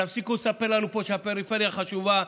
תפסיקו לספר לנו פה שהפריפריה חשובה.